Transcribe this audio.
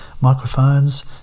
microphones